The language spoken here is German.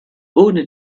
ohne